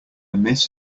miss